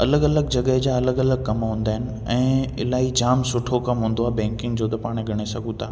अलॻि अलॻि जॻहि जा अलॻि अलॻि कम हूंदा आहिनि ऐं इलाही जामु सुठो कमु हूंदो आहे बैंकिंग जो त पाण ॻणे सघूं था